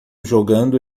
jogando